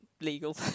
legal